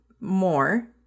more